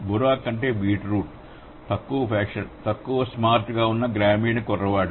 బురాక్ అంటే బీట్రూట్ తక్కువ ఫ్యాషన్ తక్కువ స్మార్ట్ గా ఉన్న గ్రామీణ కుర్రవాడు